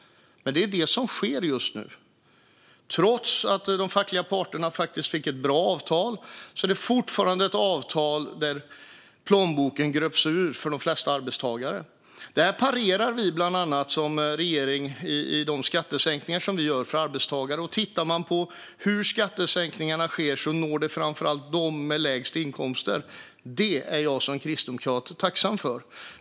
Men det är vad som sker just nu. Trots att de fackliga parterna fick ett bra avtal är det fortfarande ett avtal som innebär att plånboken gröps ur för de flesta arbetstagare. Det parerar regeringen bland annat med de skattesänkningar vi gör för arbetstagare. Om man tittar på hur skattesänkningarna görs ser man att de framför allt når dem med lägst inkomster. Det är jag som kristdemokrat tacksam för.